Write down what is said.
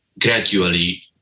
gradually